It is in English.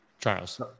Charles